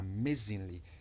amazingly